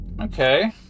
Okay